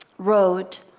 wrote,